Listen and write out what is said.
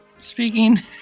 speaking